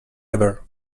ever